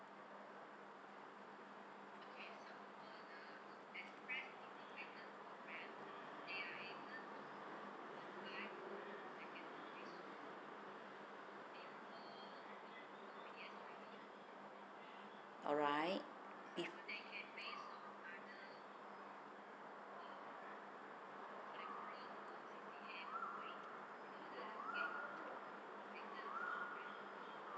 alright if